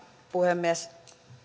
puhemies